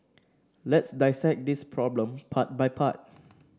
let's dissect this problem part by part